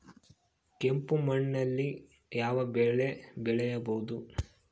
ಕೆಂಪು ಮಣ್ಣಿನಲ್ಲಿ ಯಾವ ಬೆಳೆ ಬೆಳೆಯಬಹುದು?